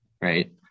right